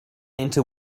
into